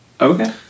Okay